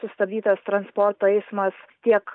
sustabdytas transporto eismas tiek